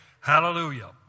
Hallelujah